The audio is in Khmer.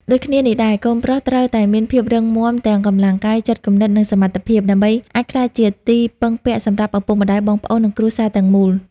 ដូចគ្នានេះដែរ កូនប្រុសត្រូវតែមានភាពរឹងមាំទាំងកម្លាំងកាយ ចិត្តគំនិត និងសមត្ថភាព ដើម្បីអាចក្លាយជាទីពឹងពាក់សម្រាប់ឪពុកម្ដាយ បងប្អូន និងគ្រួសារទាំងមូល។